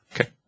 Okay